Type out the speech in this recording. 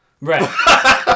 right